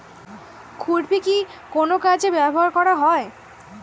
খুরপি কি কোন কাজে ব্যবহার করা হয়?